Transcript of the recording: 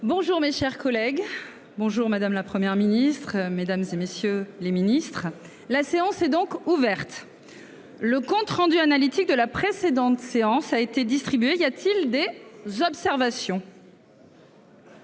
Bonjour mes chers collègues. Bonjour madame, la Première ministre, mesdames et messieurs les Ministres, la séance est donc ouverte. Le compte rendu analytique de la précédente séance a été distribué, y a-t-il des observations.